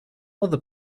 other